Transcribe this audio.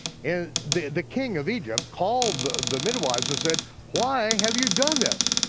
and the the king of egypt called the the midwives and said why have you done this,